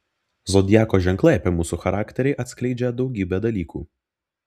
zodiako ženklai apie mūsų charakterį atskleidžią daugybę dalykų